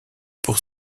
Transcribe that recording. pour